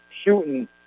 shooting